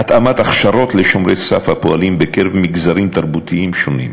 התאמת הכשרות ל"שומרי סף" הפועלים במגזרים תרבותיים שונים,